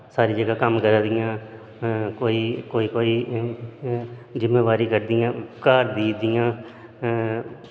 सारी जगह कम्म करा दियां कोई कोई कोई जिम्मेबारी करदियां घर दी जियां